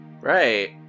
Right